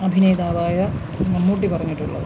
അഭിനേതാവായ മമ്മൂട്ടി പറഞ്ഞിട്ടുള്ളത്